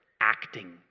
acting